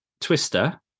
twister